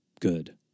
good